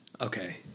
Okay